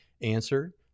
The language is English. answer